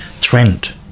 trend